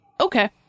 Okay